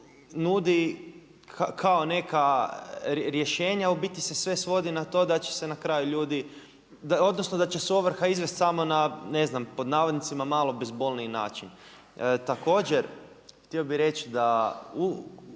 nudi kao neka rješenja. U biti se sve svodi na to da će se na kraju ljudi, odnosno da će se ovrha izvest samo na ne znam pod navodnicima malo bezbolniji način. Također htio bih reći da